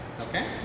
okay